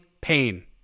pain